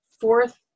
fourth